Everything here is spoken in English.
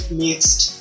mixed